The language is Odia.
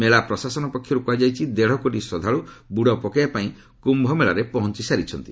ମେଳା ପ୍ରଶାସନ ପକ୍ଷରୁ କୁହାଯାଇଛି ଦେଢ଼କୋଟି ଶ୍ରଦ୍ଧାଳୁ ବୁଡ଼ ପକାଇବା ପାଇଁ କ୍ୟୁ ମେଳାରେ ପହଞ୍ଚି ସାରିଛନ୍ତି